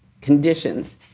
conditions